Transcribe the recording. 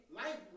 life